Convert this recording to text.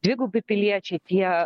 dvigubi piliečiai tie